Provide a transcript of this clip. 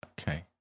Okay